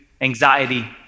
anxiety